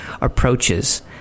approaches